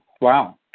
wow